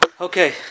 Okay